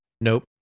nope